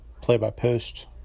play-by-post